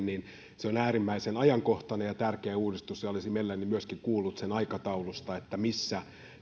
se on äärimmäisen ajankohtainen ja tärkeä uudistus olisin mielelläni myöskin kuullut sen aikataulusta missä